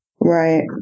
Right